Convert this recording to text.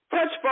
Touch